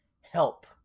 help